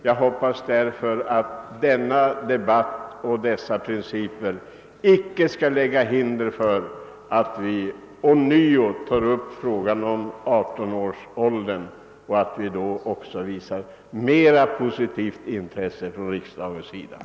Jag hoppas att det beslut som fattats icke skall lägga hinder i vägen för att man ånyo skall kunna ta upp frågan om 18-årsrösträttsåldern och att riksdagen då också ådagalägger ett större intresse för frågan.